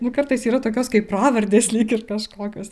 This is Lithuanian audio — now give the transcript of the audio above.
nu kartais yra tokios kaip pravardės lyg ir kažkokios